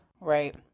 right